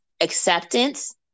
acceptance